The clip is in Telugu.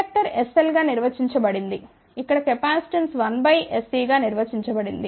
ఇండక్టర్ sL గా నిర్వచించబడింది ఇక్కడ కెపాసిటెన్స్ 1 బై s C గా నిర్వచించబడింది